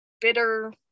bitter